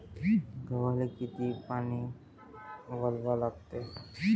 गव्हाले किती पानी वलवा लागते?